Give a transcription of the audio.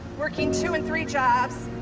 working two and three jobs,